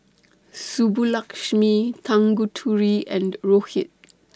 Subbulakshmi Tanguturi and Rohit